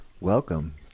welcome